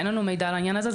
אין לנו מידע על העניין הזה.